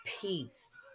peace